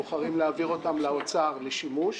אנחנו בוחרים להעביר אותם לאוצר לשימוש.